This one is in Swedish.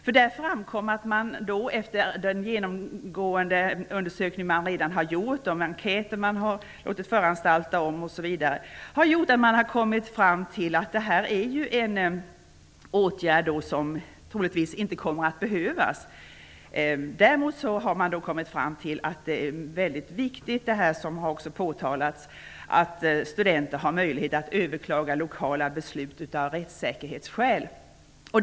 Vid besöket framkom att man, efter den genomgående undersökning som man redan gjort, efter de enkäter man låtit föranstalta osv., kommit fram till att detta är en åtgärd som troligtvis inte kommer att behöva vidtagas. Däremot har man kommit fram till att det är viktigt, vilket påtalats, att studenter har möjlighet att överklaga lokala beslut av rättssäkerhetsskäl.